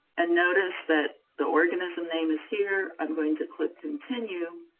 and notice that the organism name is here, i'm going to click continue,